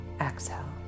Exhale